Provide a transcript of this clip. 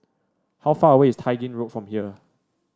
how far away is Tai Gin Road from here